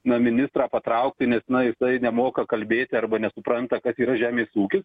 na ministrą patraukti nes na jisai nemoka kalbėti arba nesupranta kad yra žemės ūkis